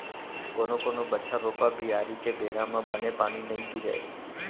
कोनो कोनो बछर रोपा, बियारी के बेरा म बने पानी नइ गिरय